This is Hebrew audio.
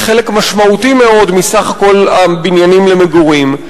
חלק משמעותי מאוד מסך כל הבניינים למגורים.